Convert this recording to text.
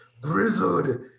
Grizzled